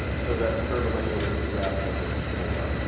so that's curvilinear, which is graph number four.